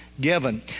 given